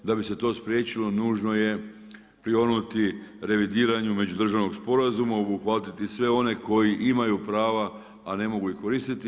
Da bi se to spriječilo nužno je prionuti revidiranju međudržavnog sporazuma, obuhvatiti sve one koji imaju prava, a ne mogu ih koristiti.